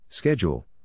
Schedule